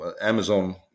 Amazon